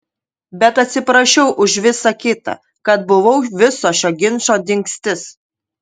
bet atsiprašiau už visa kita kad buvau viso šio ginčo dingstis